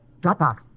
Dropbox